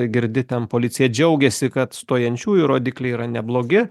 girdi ten policija džiaugiasi kad stojančiųjų rodikliai yra neblogi